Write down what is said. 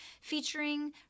featuring